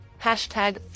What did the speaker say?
hashtag